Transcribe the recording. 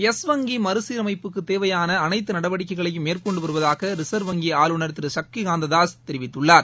yes வங்கி மறுசீரமைப்புக்கு தேவையான அனைத்து நடவடிக்கைகளையும் மேற்கொண்டு வருவதாக ரிசர்வ் வங்கி ஆளுநர் திரு ஷக்தி காந்ததாஸ் தெரிவித்துள்ளார்